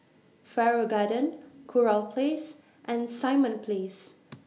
Farrer Garden Kurau Place and Simon Place